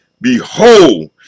behold